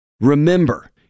Remember